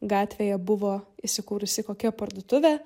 gatvėje buvo įsikūrusi kokia parduotuvė